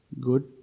good